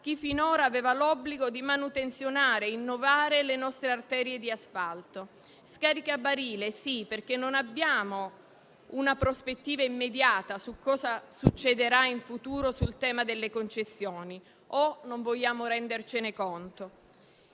chi finora aveva l'obbligo di manutenzionare e innovare le nostre arterie di asfalto. Scaricabarile, sì, perché non abbiamo una prospettiva immediata su cosa succederà in futuro sul tema delle concessioni o non vogliamo rendercene conto.